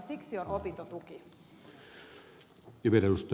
siksi on opintotuki